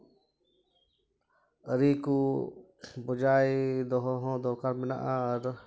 ᱟᱹᱨᱤ ᱠᱚ ᱵᱚᱡᱟᱭ ᱫᱚᱦᱚ ᱦᱚᱸ ᱫᱚᱨᱠᱟᱨ ᱢᱮᱱᱟᱜᱼᱟ ᱟᱨ